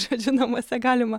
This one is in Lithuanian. žodžiu namuose galima